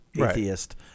atheist